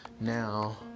Now